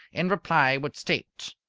in reply would state